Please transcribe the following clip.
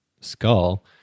skull